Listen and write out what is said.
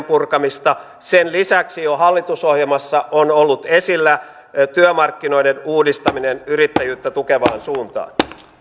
purkamista sen lisäksi jo hallitusohjelmassa on ollut esillä työmarkkinoiden uudistaminen yrittäjyyttä tukevaan suuntaan